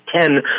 ten